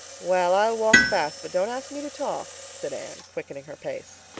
well, i'll walk fast but don't ask me to talk, said anne, quickening her pace.